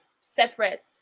separate